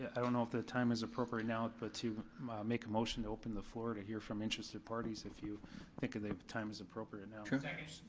i don't know if the time is appropriate now, but to make a motion to open the floor to hear from interested parties if you think the time is appropriate now. sure.